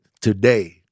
today